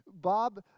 Bob